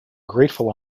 grateful